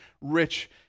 rich